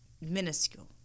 minuscule